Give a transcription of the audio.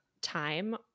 Time